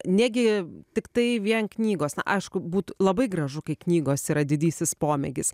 negi tiktai vien knygos na aišku būt labai gražu kai knygos yra didysis pomėgis